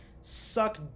suck